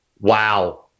Wow